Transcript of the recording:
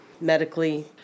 medically